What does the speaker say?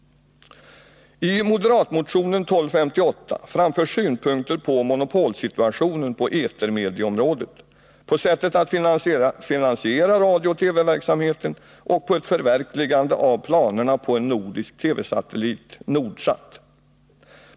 I moderatmotionen 1258 framförs synpunkter på monopolsituationen på etermedieområdet, på sättet att finansiera radiooch TV-verksamheten och på ett förverkligande av planerna på en nordisk TV-satellit, Nordsat.